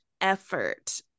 effort